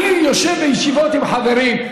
אני יושב בישיבות עם חברים,